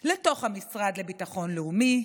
לתוך המשרד לביטחון לאומי,